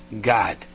God